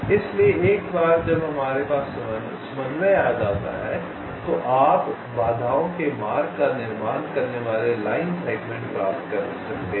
इसलिए एक बार जब हमारे पास समन्वय हो जाता है तो आप बाधाओं के मार्ग का निर्माण करने वाले लाइन सेगमेंट प्राप्त कर सकते हैं